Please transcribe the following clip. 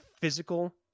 physical